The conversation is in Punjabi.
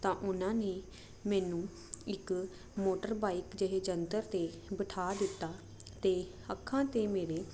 ਤਾਂ ਉਹਨਾਂ ਨੇ ਮੈਨੂੰ ਇੱਕ ਮੋਟਰ ਬਾਈਕ ਜਿਹੇ ਜੰਤਰ ਤੇ ਬਿਠਾ ਦਿੱਤਾ ਤੇ ਅੱਖਾਂ ਤੇ ਮੇਰੇ